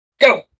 go